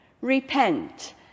Repent